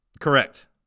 Correct